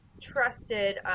trusted